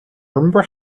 remember